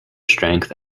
strength